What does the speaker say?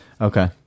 Okay